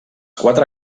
quatre